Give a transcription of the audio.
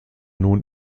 nun